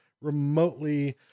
remotely